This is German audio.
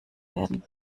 werden